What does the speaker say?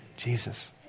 Jesus